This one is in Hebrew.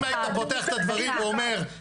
אתה פותח את הדברים ואומר,